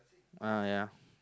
uh ya